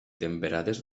temperades